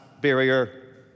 barrier